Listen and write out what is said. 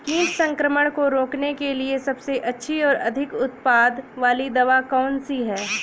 कीट संक्रमण को रोकने के लिए सबसे अच्छी और अधिक उत्पाद वाली दवा कौन सी है?